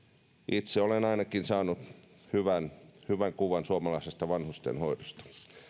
itse olen ainakin saanut hyvän hyvän kuvan suomalaisesta vanhustenhoidosta